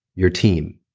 your team,